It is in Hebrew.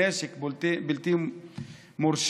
נשק בלתי מורשה,